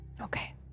Okay